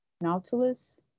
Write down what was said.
Nautilus